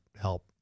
help